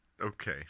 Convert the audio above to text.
okay